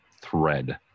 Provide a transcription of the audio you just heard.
thread